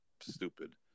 stupid